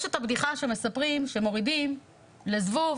יש את הבדיחה שמספרים, כשמורידים לזבוב